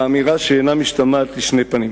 באמירה שאינה משתמעת לשני פנים,